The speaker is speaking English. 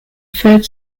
third